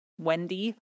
Wendy